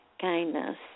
kindness